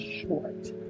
short